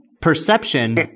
perception